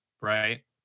right